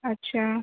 اچھا